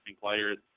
players